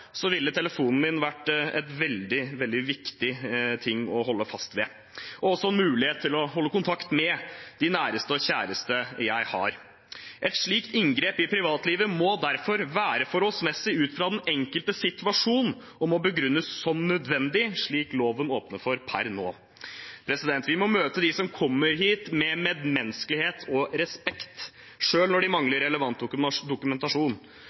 ville telefonen min vært en veldig, veldig viktig ting å holde fast ved, også for muligheten til å holde kontakt med de næreste og kjæreste jeg har. Et slikt inngrep i privatlivet må derfor være forholdsmessig ut fra den enkelte situasjon og må begrunnes som nødvendig, slik loven åpner for per nå. Vi må møte dem som kommer hit, med medmenneskelighet og respekt, selv når de mangler relevant dokumentasjon.